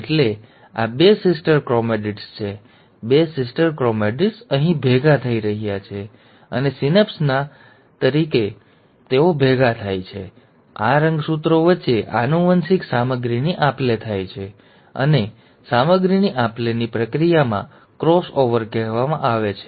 એટલે આ બે સિસ્ટર ક્રોમેટિડ્સ છે બે સિસ્ટર ક્રોમેટિડ્સ છે તેઓ ભેગાં થઈ રહ્યાં છે અને સિનેપ્સના તબક્કે જ્યારે તેઓ ભેગાં થાય છે ત્યારે આ રંગસૂત્રો વચ્ચે આનુવંશિક સામગ્રીની આપ લે થાય છે અને સામગ્રીની આપ લેની આ પ્રક્રિયાને ક્રોસ ઓવર કહેવામાં આવે છે